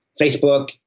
Facebook